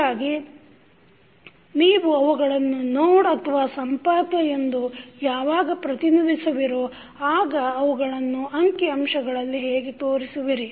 ಹೀಗಾಗಿ ನೀವು ಅವುಗಳನ್ನು ನೋಡ್ ಎಂದು ಯಾವಾಗ ಪ್ರತಿನಿಧಿಸುವಿರೋ ಆಗ ಅವುಗಳನ್ನು ಅಂಕಿ ಅಂಶಗಳಲ್ಲಿ ಹೇಗೆ ತೋರಿಸುವಿರಿ